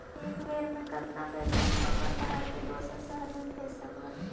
एक बेर मे कतना पैसा हम अपन भाइ के दोसर शहर मे भेज सकबै?